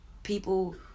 People